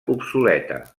obsoleta